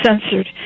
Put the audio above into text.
censored